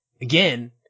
Again